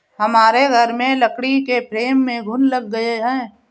हमारे घर में लकड़ी के फ्रेम में घुन लग गए हैं